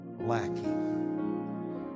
lacking